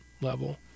level